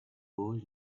boy